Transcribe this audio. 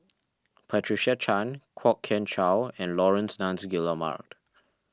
Patricia Chan Kwok Kian Chow and Laurence Nunns Guillemard